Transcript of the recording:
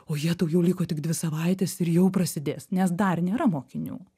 ojetau jau liko tik dvi savaitės ir jau prasidės nes dar nėra mokinių